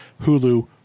Hulu